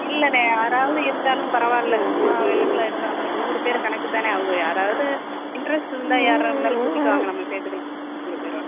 இல்லைண்ணே யாராவது இருந்தாலும் பரவாயில்லை சும்மா அவைலபிளாக இருந்தால் நம்மளுக்கு நூறு பேர் கணக்கு தானே அவங்க யாராவது இன்ரெஸ்ட்டு இருந்தால் யாராக இருந்தாலும் கூட்டிகிட்டு வாங்க நம்ம சேர்த்துக்கலாம் நூறு பேரோடு